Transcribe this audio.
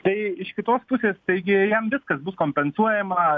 tai iš kitos pusės taigi jam viskas bus kompensuojama